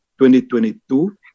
2022